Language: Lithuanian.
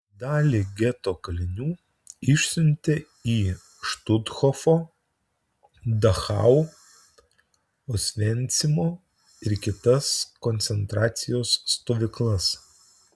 dalį geto kalinių išsiuntė į štuthofo dachau osvencimo ir kitas koncentracijos stovyklas